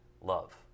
love